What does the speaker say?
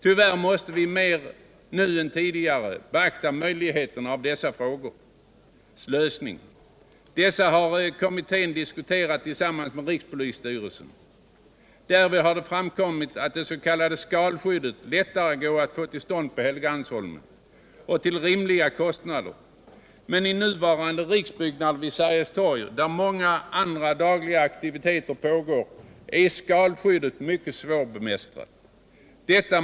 Tyvärr måste vi nu mera än tidigare beakta möjligheten av dessa frågors lösning. Dessa har kommittén diskuterat tillsammans med rikspolisstyrelsen. Därvid har det framkommit att det s.k. skalskyddet lättare går att få till stånd på Helgeandsholmen och till rimliga kostnader. Men i nuvarande riksdagsbyggnad vid Sergels torg, där många andra dagliga aktiviteter pågår, är frågan om skalskyddet mycket svårbemiästrad.